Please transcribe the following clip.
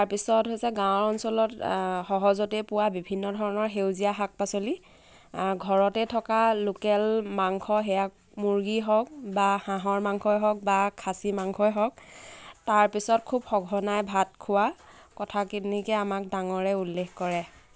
তাৰ পিছত হৈছে গাঁও অঞ্চলত সহজতে পোৱা বিভিন্ন ধৰণৰ সেউজীয়া শাক পাচলি ঘৰতে থকা লোকেল মাংস সেয়া মুৰ্গী হওক বা হাঁহৰ মাংসই হওক বা খাচী মাংসয়ে হওক তাৰপিছত খুব সঘনাই ভাত খোৱা কথাখিনিকে আমাক ডাঙৰে উল্লেখ কৰে